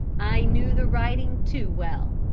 i knew the writing too well.